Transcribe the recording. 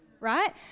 Right